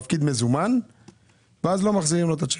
הלקוח מפקיד מזומן ואז לא מחזירים לו את הצ'ק.